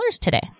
today